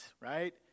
right